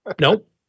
Nope